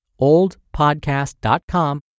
oldpodcast.com